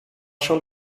schon